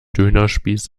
dönerspieß